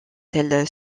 elles